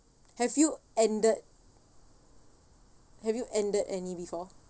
have you ended have you ended any before